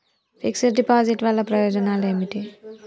Fix డ్ deposit వల్ల ప్రయోజనాలు ఏమిటి?